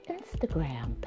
Instagram